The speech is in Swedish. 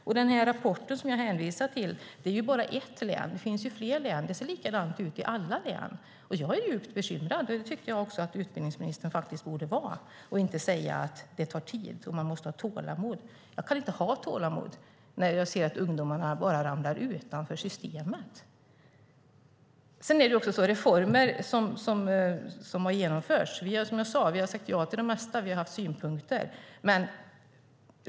Den rapport som jag hänvisar till gäller bara ett län, men det ser likadant ut i alla län. Jag är djupt bekymrad. Det tycker jag att utbildningsministern också borde vara, i stället för att säga att det tar tid och att man måste ha tålamod. Jag kan inte ha tålamod när jag ser att ungdomarna ramlar utanför systemet. Vi har alltså sagt ja till de flesta reformer som har genomförts, men vi har haft synpunkter.